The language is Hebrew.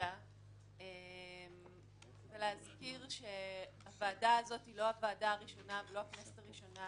ואלישע ולהזכיר שהוועדה הזאת היא לא הוועדה הראשונה ולא הכנסת הראשונה